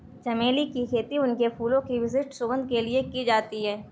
चमेली की खेती उनके फूलों की विशिष्ट सुगंध के लिए की जाती है